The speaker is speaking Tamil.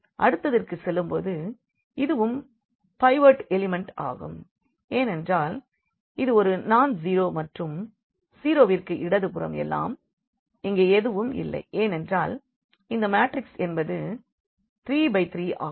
அடுத்ததிற்கு செல்லும்போது இதுவும் பைவட் எலிமெண்ட் ஆகும் ஏனென்றால் இது ஒரு நான் ஸீரோ மற்றும் 0 விற்கு இடதுபுறம் எல்லாம் இருக்கிறது மற்றும் இங்கே எதுவும் இல்லை ஏனென்றால் அந்த மாட்ரிக்ஸ் என்பது 33 ஆகும்